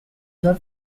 dal